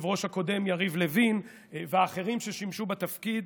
היושב-ראש הקודם יריב לוין ואחרים ששימשו בתפקיד,